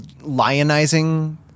lionizing